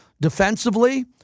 Defensively